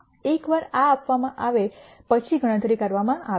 એકવાર આ આપવામાં આવે પછી ગણતરી કરવામાં આવે છે